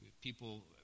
people